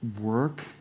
work